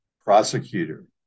prosecutor